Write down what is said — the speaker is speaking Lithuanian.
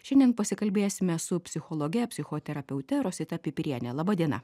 šiandien pasikalbėsime su psichologe psichoterapeute rosita pipiriene laba diena